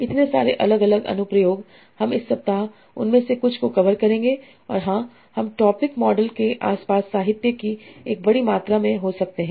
इतने सारे अलग अलग अनु प्रयोग हम इस सप्ताह उनमें से कुछ को कवर करेंगे और हाँ हम टॉपिक मॉडल के आसपास साहित्य की एक बड़ी मात्रा में हो सकते हैं